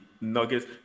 Nuggets –